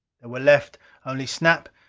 there were left only snap,